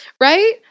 right